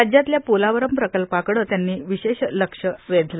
राज्यातल्या पोलावरम प्रकल्पाकडं त्यांनी विशेष लक्ष वेधलं